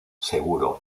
seguro